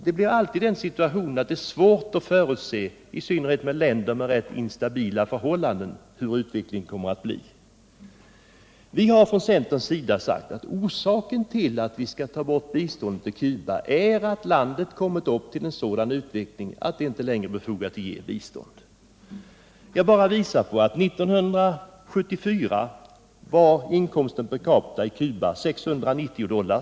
Det är alltid svårt att förutse utvecklingen, i synnerhet i länder med instabila förhållanden. Vi har från centerns sida sagt att orsaken till att vi skall avveckla biståndet till Cuba är att landet uppnått en sådan utveckling att det inte längre är befogat att ge bistånd. 1974 var årsinkomsten per capita i Cuba 690 dollar.